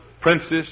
princess